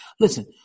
listen